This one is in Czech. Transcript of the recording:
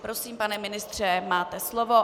Prosím, pane ministře, máte slovo.